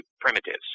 primitives